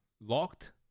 locked